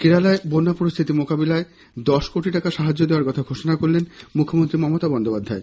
কেরালার বন্যা পরিস্থিতি মোকাবিলায় দশ কোটি টাকা সাহায্য দেয়ার কথা ঘোষণা করলেন মুখ্যমন্ত্রী মমতা বন্দোপাধ্যায়